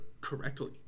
correctly